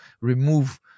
remove